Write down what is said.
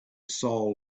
soul